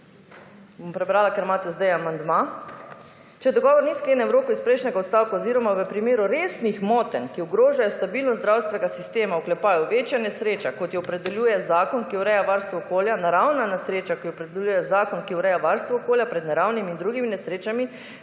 bom prebrala, ker imate zdaj amandma, če dogovor ni sklenjen iz prejšnjega odstavka oziroma v primeru resnih motenj, **64. TRAK: (SC) – 14.15** (nadaljevanje) ki ogrožajo stabilnost zdravstvenega sistema v oklepaju večje nesreča kot jo opredeljuje zakon, ki ureja varstvo okolja naravna nesreča, ki jo opredeljuje zakon, ki ureja varstvo okolja pred naravnimi in drugimi nesrečami